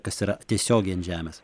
kas yra tiesiogiai ant žemės